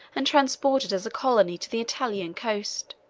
and transplanted as a colony to the italian coast.